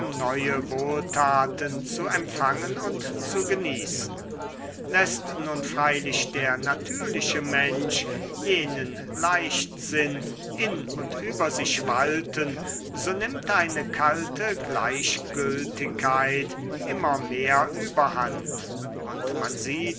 neue wohltaten zu empfangen und zu genießen läßt nun freilich der natürliche mensch jenen leichtsinn in und über sich walten so nimmt eine kalte gleichgültigkeit immer mehr überhand und man sieht